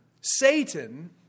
Satan